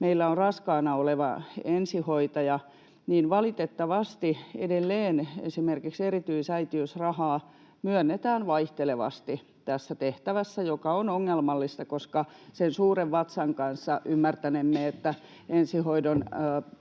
meillä on raskaana oleva ensihoitaja, niin valitettavasti edelleen esimerkiksi erityisäitiysrahaa myönnetään vaihtelevasti tässä tehtävässä — mikä on ongelmallista, koska sen suuren vatsan kanssa ymmärtänemme, että ensihoidon